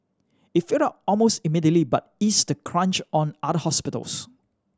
it filled up almost immediately but eased the crunch on other hospitals